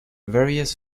various